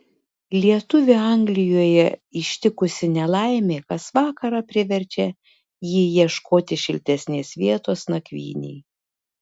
lietuvį anglijoje ištikusi nelaimė kas vakarą priverčia jį ieškoti šiltesnės vietos nakvynei